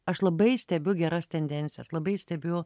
aš labai stebiu geras tendencijas labai stebiu